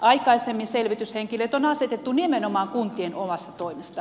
aikaisemmin selvityshenkilöt on asetettu nimenomaan kuntien omasta toimesta